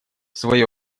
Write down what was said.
свое